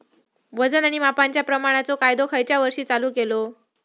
वजन आणि मापांच्या प्रमाणाचो कायदो खयच्या वर्षी चालू केलो?